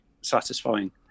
satisfying